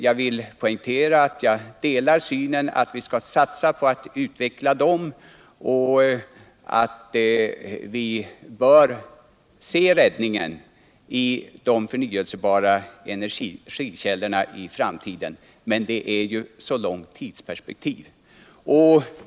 Jag vill poängtera att jag delar hans synsätt, att vi bör satsa på att utveckla dem och att vi bör se räddningen i de förnyelsebara energikällorna i framtiden. Men det är Ju en lösning som ligger långt fram i tiden.